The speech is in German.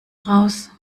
raus